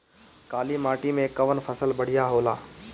काली माटी मै कवन फसल बढ़िया होला?